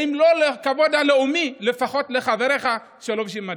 ואם לא לשם הכבוד הלאומי לפחות לחבריך שלובשים מדים.